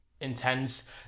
intense